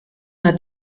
hat